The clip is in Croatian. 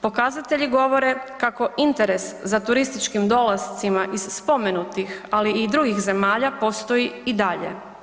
Pokazatelji govore kako interes za turističkim dolascima iz spomenutih, ali i drugih zemalja postoji i dalje.